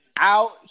out